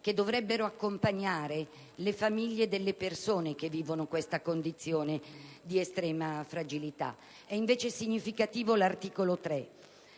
che dovrebbero accompagnare le famiglie delle persone che vivono questa condizione di estrema fragilità. E' invece significativo l'articolo 3,